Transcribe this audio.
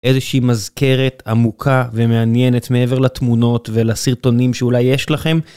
איזושהי מזכרת עמוקה ומעניינת מעבר לתמונות ולסרטונים שאולי יש לכם.